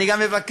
אני גם מבקש